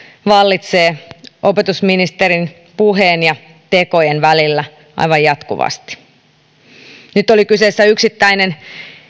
vallitsee opetusministerin puheiden ja tekojen välillä aivan jatkuvasti nyt oli kyseessä yksittäinen